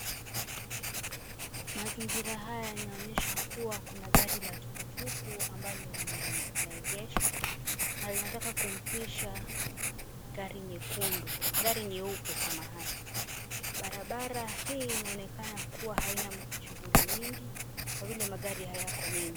Mazingira haya yanaonyesha kuwa kuna gari la tukutuku ambalo limeegeshwa na linataka kumpisha gari nyeupe. Barabara hii inaonekana kuwa haina shughuli nyingi kwa vile magari hayako mengi.